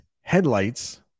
headlights